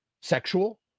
sexual